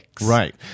Right